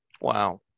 Wow